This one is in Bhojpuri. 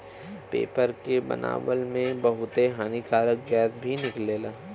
पेपर के बनावला में बहुते हानिकारक गैस भी निकलेला